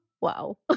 Wow